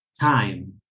time